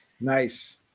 Nice